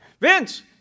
Vince